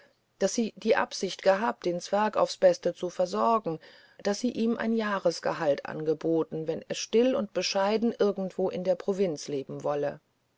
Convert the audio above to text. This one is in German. daß sie die absicht hatte den zwerg aufs beste zu versorgen daß sie ihm ein jahrgehalt angeboten wenn er still und bescheiden irgendwo in der provinz leben wolle